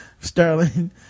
Sterling